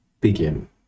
begin